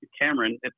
Cameron